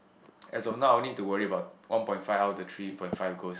as of now I only need to worry about one point five out of the three point five goals